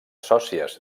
sòcies